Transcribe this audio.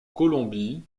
colombie